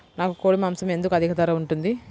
నాకు కోడి మాసం ఎందుకు అధిక ధర ఉంటుంది?